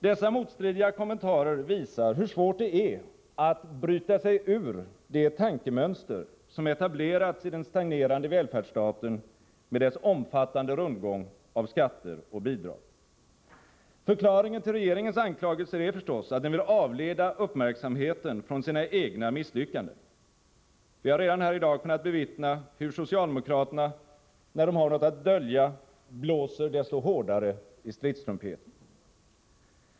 Dessa motstridiga kommentarer visar hur svårt det är att bryta sig ur det tankemönster som etablerats i den stagnerande välfärdsstaten med dess omfattande rundgång av skatter och bidrag. Förklaringen till regeringens anklagelser är förstås att den vill avleda uppmärksamheten från sina egna misslyckanden. Vi har redan här i dag kunnat bevittna hur socialdemokraterna när de har något att dölja blåser desto hårdare i stridstrumpeten.